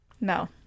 No